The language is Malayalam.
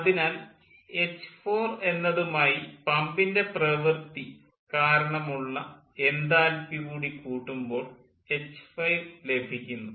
അതിനാൽ എച്ച്4 എന്നതുമായി പമ്പിൻ്റെ പ്രവൃത്തി കാരണമുള്ള എൻതാൽപ്പി കൂടി കൂട്ടുമ്പോൾ എച്ച് 5 ലഭിക്കുന്നു